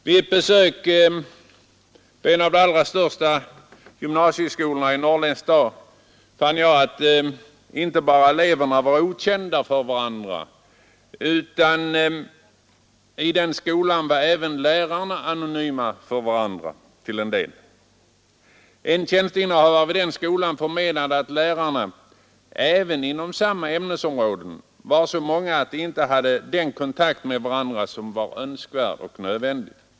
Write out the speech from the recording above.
Vid ett besök i en av de allra största gymnasieskolorna i en norrländsk stad fann jag att vid den skolan inte bara eleverna var okända för varandra utan att även lärarna var anonyma för varandra. En tjänsteinnehavare vid den skolan förmenade att lärarna, även inom samma ämnesområde, var så många att de inte hade den kontakt med varandra som var önskvärd och nödvändig.